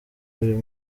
uyu